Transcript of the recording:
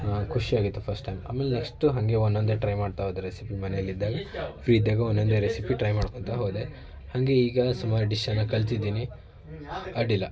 ಖುಷಿ ಆಗಿತ್ತು first time ಆಮೇಲೆ ನೆಕ್ಸ್ಟ್ ಹಾಗೆ ಒಂದೊಂದೆ ಟ್ರೈ ಮಾಡ್ತಾ ಹೋದರೆ ಸಿ ಮನೆಯಲ್ಲಿದ್ದಾಗ ಫ್ರೀ ಇದ್ದಾಗ ಒಂದೊಂದೆ ರೆಸಿಪಿ ಟ್ರೈ ಮಾಡ್ಕೊಳ್ತಾ ಹೋದೆ ಹಾಗೆ ಈಗ ಸುಮಾರು ಡಿಶನ್ನು ಕಲ್ತಿದ್ದೀನಿ ಅಡ್ಡಿ ಇಲ್ಲ